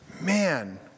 man